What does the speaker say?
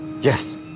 yes